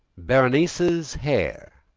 berenice's hair,